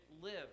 live